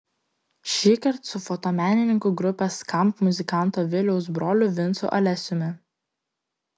šįkart su fotomenininku grupės skamp muzikanto viliaus broliu vincu alesiumi